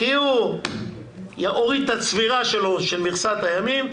כי הוא הוריד את הצבירה שלו של מכסת הימים.